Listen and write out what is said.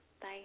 Bye